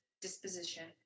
disposition